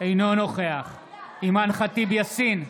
אינו נוכח אימאן ח'טיב יאסין,